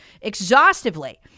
exhaustively